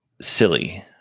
Silly